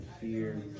fear